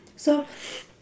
so